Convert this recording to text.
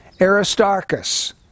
Aristarchus